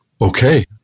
Okay